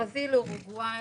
ברזיל, אורוגוואי,